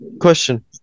Question